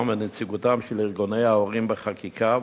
ונציגותם של ארגוני ההורים בחקיקה,